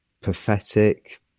pathetic